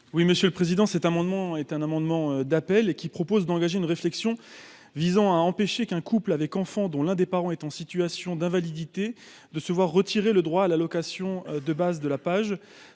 Oui, Monsieur le Président, cet amendement est un amendement d'appel et qui propose d'engager une réflexion visant à empêcher qu'un couple avec enfants dont l'un des parents est en situation d'invalidité, de se voir retirer le droit à l'allocation de base de la Paje